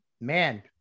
man